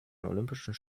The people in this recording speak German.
olympischen